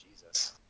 jesus